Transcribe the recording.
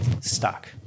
stuck